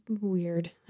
weird